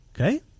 Okay